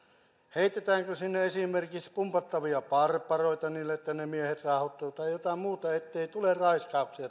heitetäänkö sinne esimerkiksi pumpattavia barbaroita niille että ne miehet saavat ottaa tai jotain muuta ettei tule raiskauksia